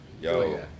yo